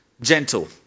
gentle